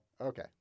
Okay